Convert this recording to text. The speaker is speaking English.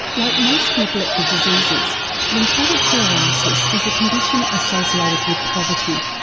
like most neglected diseases lymphatic filariasis is a condition associated with poverty.